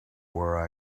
where